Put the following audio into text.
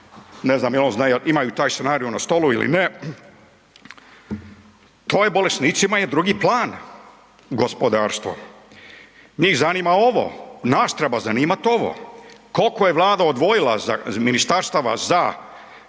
ne znam jel on zna jel imaju taj scenarij na stolu ili ne. To je bolesnicima drugi plan, gospodarstvo. Njih zanima ovo, nas treba zanimati ovo, koliko je Vlada odvojila ministarstva za